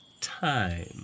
time